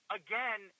again